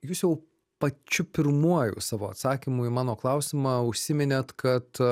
jūs jau pačiu pirmuoju savo atsakymu į mano klausimą užsiminėt kad